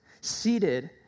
seated